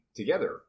together